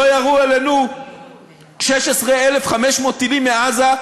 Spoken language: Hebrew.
לא ירו עלינו 16,500 טילים מעזה,